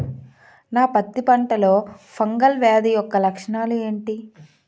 నా పత్తి పంటలో ఫంగల్ వ్యాధి యెక్క లక్షణాలు ఏంటి?